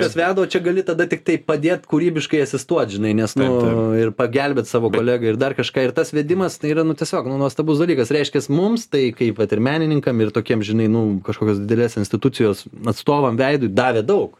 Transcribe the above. kas veda o čia gali tada tiktai padėt kūrybiškai asistuot žinai nes nu ir pagelbėt savo kolegai ir dar kažką ir tas vedimas tai yra nu tiesiog nu nuostabus dalykas reiškias mums tai kaip vat ir menininkam ir tokiem žinai nu kažkokios didelės institucijos atstovam veidui davė daug